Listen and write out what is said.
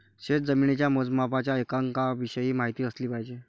शेतजमिनीच्या मोजमापाच्या एककांविषयी माहिती असली पाहिजे